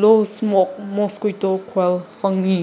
ꯂꯣ smoke mosquito coil ꯐꯪꯉꯤ